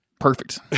perfect